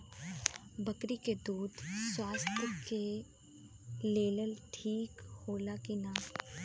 बकरी के दूध स्वास्थ्य के लेल ठीक होला कि ना?